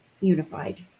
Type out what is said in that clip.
unified